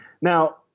Now